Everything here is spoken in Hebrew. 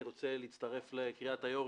אני רוצה להצטרף לקריאת היו"ר,